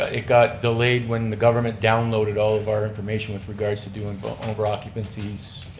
it got delayed when the government downloaded all of our information with regards to doing over occupancies,